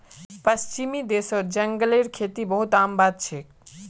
पश्चिमी देशत जंगलेर खेती बहुत आम बात छेक